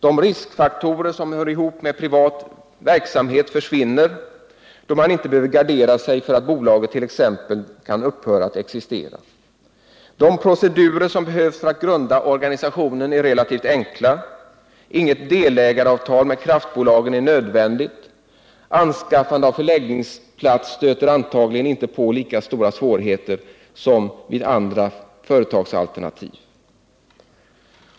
De riskfaktorer som hör ihop med privat verksamhet försvinner, då man inte behöver gardera sig för att bolaget t.ex. kan upphöra att existera. De procedurer som behövs för att grunda organisationen är relativt enkla — inget delägaravtal med kraftbolagen är nödvändigt. Anskaffande av förläggningsplats stöter antagligen inte på lika stora svårigheter som vid andra företagsalternativ.